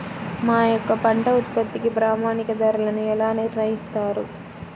మా యొక్క పంట ఉత్పత్తికి ప్రామాణిక ధరలను ఎలా నిర్ణయిస్తారు?